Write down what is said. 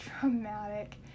dramatic